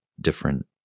different